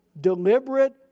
deliberate